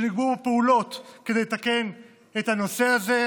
שילבו פעולות כדי לתקן את הנושא הזה,